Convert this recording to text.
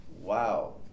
wow